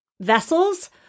vessels